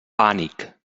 pànic